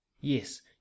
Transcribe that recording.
Yes